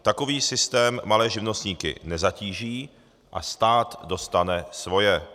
Takový systém malé živnostníky nezatíží a stát dostane svoje.